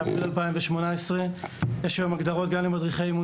באפריל 2018. היום יש הגדרות גם למדריכי אימון